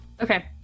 Okay